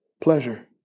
pleasure